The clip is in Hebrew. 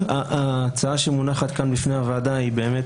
ההצעה שמונחת כאן בפני הוועדה היא באמת